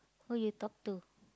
who you talk to